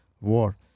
war